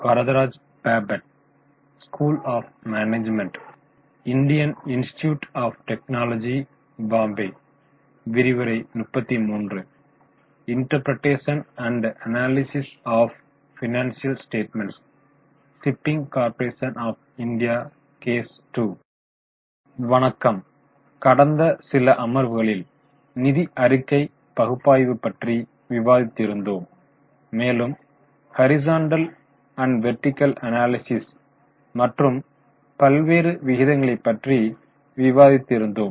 வணக்கம் கடந்த சில அமர்வுகளில் நிதி அறிக்கை பகுப்பாய்வு பற்றி விவாதித்து இருந்தோம் மேலும் horizontal and vertical analysis horizontal vertical analysis மற்றும் பல்வேறு விகிதங்களை பற்றி விவாதித்திருந்தோம்